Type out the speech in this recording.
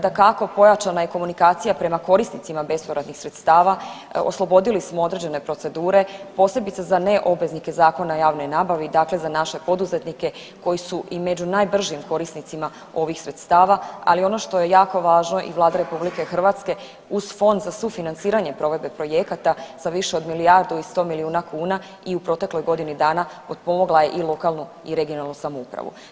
Dakako pojačana je komunikacija prema korisnicima bespovratnih sredstava, oslobodili smo određene procedure, posebice za ne obveznike Zakona o javnoj nabavi, dakle za naše poduzetnike koji su i među najbržim korisnicima ovih sredstava, ali ono što je jako važno i Vlada RH uz Fond za sufinanciranje provedbe projekata sa više od milijardu i 100 milijuna kuna i u protekloj godini dana potpomogla je i lokalnu i regionalnu samoupravu.